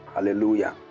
Hallelujah